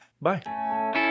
bye